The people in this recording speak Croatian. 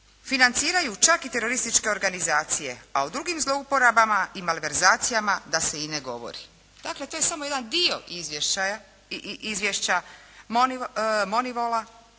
financiraju čak i terorističke organizacije, a o drugim zlouporabama i malverzacijama da se i ne govori. Dakle to je samo jedan dio izvješća Monivola,